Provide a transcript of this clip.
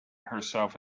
herself